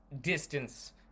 distance